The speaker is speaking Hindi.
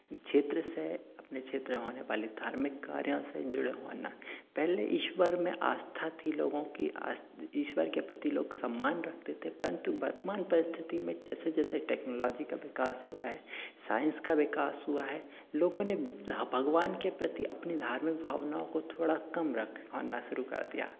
क्षेत्र से अपने क्षेत्र में होने वाले धार्मिक कार्यों से जुड़े होना पहले ईश्वर में आस्था थी लोगों की ईश्वर के प्रति लोग सम्मान रखते थे परन्तु वर्तमान परिस्थिति में जैसे जैसे टेक्नोलाॅजी का विकास हुआ है साइंस का विकास हुआ है लोगों ने जहाँ भगवान के प्रति अपनी धार्मिक भावनाओं को थोड़ा कम रख पाना शुरू कर दिया